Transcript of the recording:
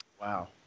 Wow